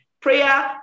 prayer